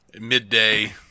midday